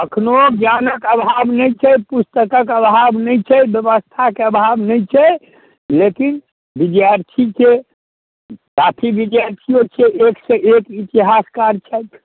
एखनहुँ ज्ञानके अभाव नहि छै पुस्तकके अभाव नहि छै बेबस्थाके अभाव नहि छै लेकिन विद्यार्थीके काफी विद्यार्थिओ छै एकसँ एक इतिहासकार छथि